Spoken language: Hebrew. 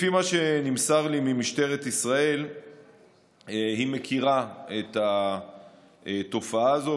לפי מה שנמסר לי ממשטרת ישראל היא מכירה את התופעה הזאת,